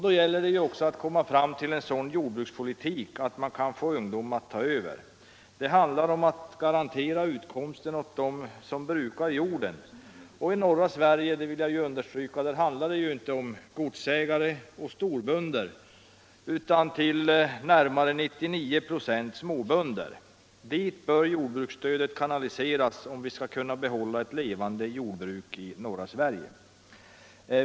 Då gäller det också att komma fram till en sådan jordbrukspolitik att man kan få ungdom att ta över. Det handlar om att garantera utkomsten för dem som brukar jorden. I norra Sverige — det vill jag understryka — handlar det ju inte om godsägare och storbönder, utan till närmare 99 96 om småbönder. Dit bör jordbruksstödet kanaliseras, om vi skall kunna behålla ett levande jordbruk i norra Sverige.